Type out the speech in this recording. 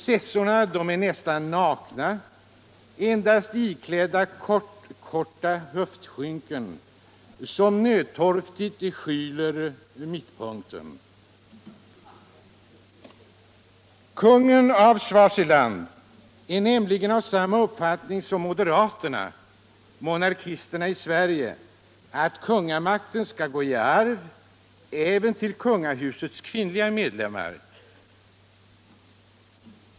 Sessorna är nästan nakna, endast iklädda kort-korta höftskynken, som nödtorftigt skyler ”mittpunkten”. Kungen av Swaziland är nämligen av samma uppfattning som moderaterna-monarkisterna i Sverige: att kungamakten skall gå i arv även till kungahusets kvinnliga medlemmar.